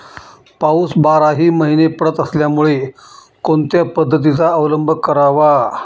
पाऊस बाराही महिने पडत असल्यामुळे कोणत्या पद्धतीचा अवलंब करावा?